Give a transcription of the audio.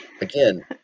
again